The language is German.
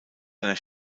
einer